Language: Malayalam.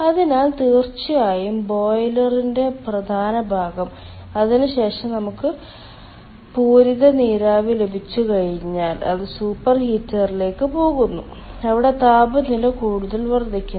അതിനാൽ തീർച്ചയായും ബോയിലറിന്റെ പ്രധാന ഭാഗം അതിനുശേഷം നമുക്ക് പൂരിത നീരാവി ലഭിച്ചുകഴിഞ്ഞാൽ അത് സൂപ്പർഹീറ്ററിലേക്ക് പോകുന്നു അവിടെ താപനില കൂടുതൽ വർദ്ധിക്കുന്നു